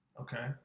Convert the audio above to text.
okay